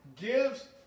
gives